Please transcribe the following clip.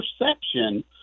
perception